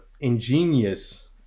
ingenious